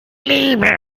liebe